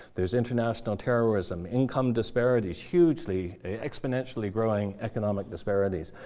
there's international terrorism, income disparities, hugely exponentially growing economic disparities.